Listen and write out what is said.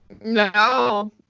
No